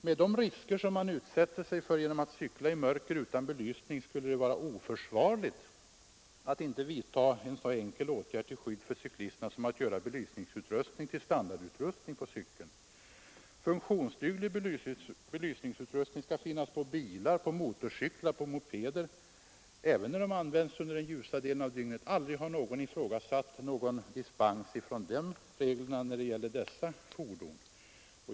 Med de risker som man utsätter sig för genom att cykla i mörker utan belysning skulle det vara oförsvarligt att inte vidta en så enkel åtgärd till skydd för cyklisterna som att göra belysningsutrustningen till en standardutrustning på cykeln. Funktionsduglig belysningsutrustning skall finnas på bilar, motorcyklar och mopeder även när de används under den ljusa delen av dygnet. Aldrig har någon ifrågasatt någon dispens från den regeln när det gäller dessa fordon.